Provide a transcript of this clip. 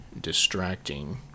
distracting